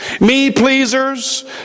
Me-pleasers